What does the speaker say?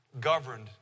governed